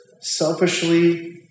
selfishly